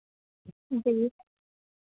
जी